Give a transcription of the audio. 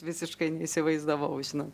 visiškai neįsivaizdavau žinot